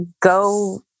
go